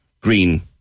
green